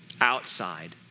outside